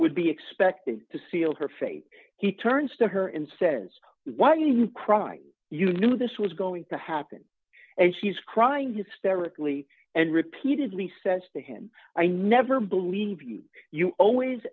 would be expected to seal her fate he turns to her and says why do you crying you knew this was going to happen and she's crying hysterically and repeatedly says to him i never believe you always